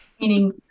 meaning